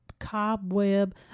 cobweb